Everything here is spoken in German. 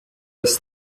das